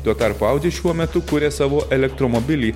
tuo tarpu audi šiuo metu kuria savo elektromobilį